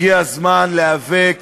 הגיע הזמן להיאבק